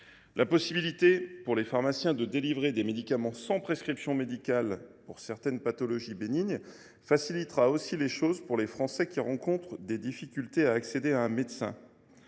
La possibilité pour les pharmaciens de délivrer des médicaments, sans prescription médicale, pour certaines pathologies bénignes facilitera aussi les choses pour les Français qui rencontrent des difficultés à accéder à un médecin.